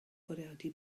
bwriadu